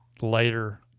later